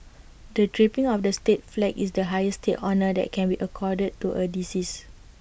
the draping of the state flag is the highest state honour that can be accorded to A deceased